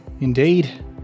indeed